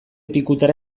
pikutara